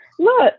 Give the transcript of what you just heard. Look